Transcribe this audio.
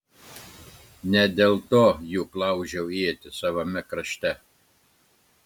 ne dėl to juk laužiau ietis savame krašte